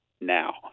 now